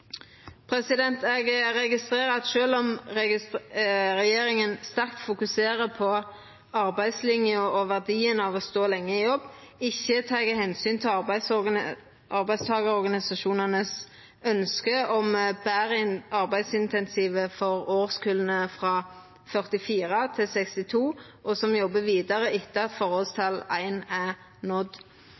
Eg registrerer at sjølv om regjeringa sterkt fokuserer på arbeidslinja og verdien av å stå lenge i jobb, tek ein ikkje omsyn til arbeidstakarorganisasjonane sitt ønske om betre arbeidsinsentiv for årskulla frå 1944 til 1962 som jobbar vidare etter at forholdstal 1 er nådd.